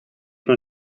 van